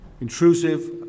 intrusive